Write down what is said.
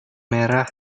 merah